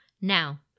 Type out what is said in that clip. Now